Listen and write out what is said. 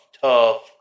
tough